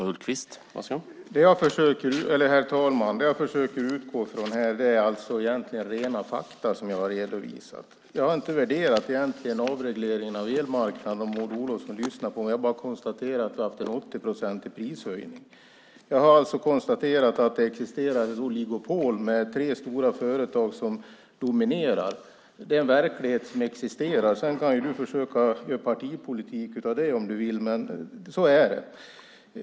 Herr talman! Det jag försöker utgå från är rena fakta som jag redovisat. Jag har egentligen inte värderat avregleringen av elmarknaden, som Maud Olofsson vet om hon lyssnar på mig. Jag har bara konstaterat att det är en prishöjning med 80 procent. Jag har konstaterat att det existerar ett oligopol med tre stora företag som dominerar. Det är en verklighet som existerar. Du kan försöka att göra partipolitik av det om du vill, men så är det.